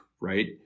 right